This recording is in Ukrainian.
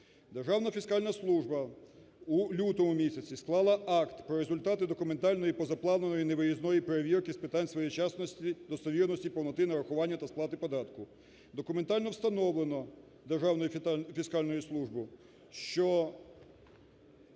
Державна фіскальна служба у лютому місяці склала акт про результати документальної позапланової не виїзної перевірки з питань своєчасності, достовірності і повноти нарахування та сплати податку. Документально встановлено Державною фіскальною службою, що